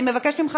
אני מבקשת ממך,